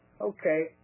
Okay